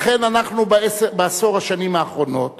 לכן אנחנו בעשר השנים האחרונות